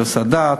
הרס הדת.